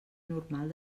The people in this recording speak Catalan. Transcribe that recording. normal